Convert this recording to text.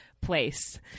place